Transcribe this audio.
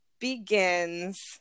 begins